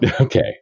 Okay